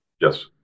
yes